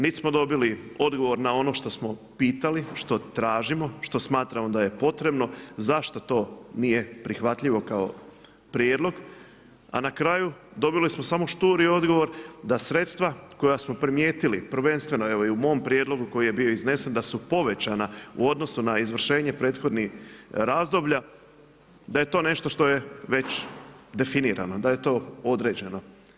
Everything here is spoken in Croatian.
Nit' smo dobili odgovor na ono što smo pitali, što tražimo, što smatramo da je potrebno, zašto to nije prihvatljivo kao prijedlog a na kraju dobili smo samo šturi odgovor da sredstva koja smo primijetili, prvenstveno evo i u mom prijedlogu koji je bio iznesen, da su povećana u odnosu na izvršenje prethodnih razdoblja, da je to nešto što je već definirano, da je to određeno.